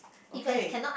okay